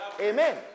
Amen